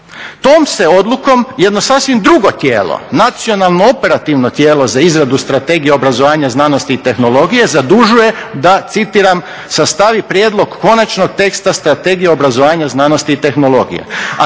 Tom se odlukom jednom sasvim drugo tijelo Nacionalno operativno tijelo za izradu strategije obrazovanja, znanosti i tehnologije zadužuje da citiram: "Sastavi prijedlog konačnog teksta strategije obrazovanja, znanosti i tehnologije".